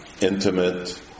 intimate